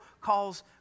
calls